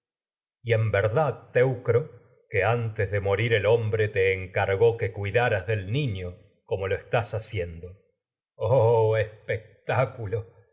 y en verdad teucro antes de morir el hombre te encargó que cuidaras del niño como lo estás haciendo teucro oh espectáculo